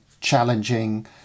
challenging